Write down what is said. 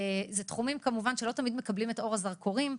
אלה תחומים שלא תמיד מקבלים את אור הזרקורים.